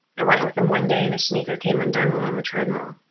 i went with him one day and his sneaker came undone while on the treadmill.